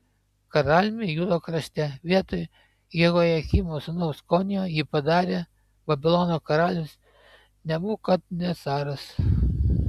karaliumi judo krašte vietoj jehojakimo sūnaus konijo jį padarė babilono karalius nebukadnecaras